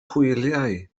hwyliau